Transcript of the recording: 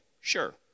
sure